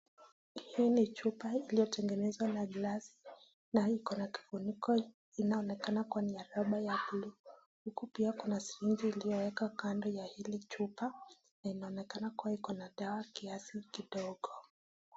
Hii ni chupa iliyotengenezwa la glasi na iko na kifuniko inayoonekana kuwa ni ya raba ya buluu. Huku pia kuna sirinji iliyowekwa kando ya hili chupa na inaonekana kuwa iko na dawa kiasi kidogo